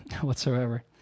whatsoever